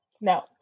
No